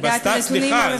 את הנתונים המפורטים.